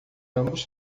ambos